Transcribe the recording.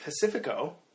Pacifico